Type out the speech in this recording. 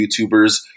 YouTubers